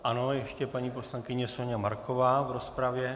Ano, ještě paní poslankyně Soňa Marková v rozpravě.